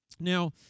Now